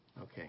Okay